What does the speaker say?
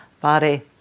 body